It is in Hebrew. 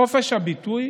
חופש הביטוי